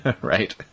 Right